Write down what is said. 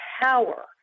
power